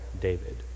David